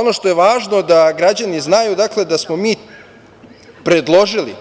Ono što je važno da građani znaju, da smo mi predložili,